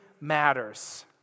matters